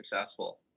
successful